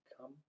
come